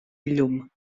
llum